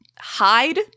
hide